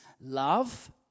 love